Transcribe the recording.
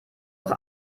auch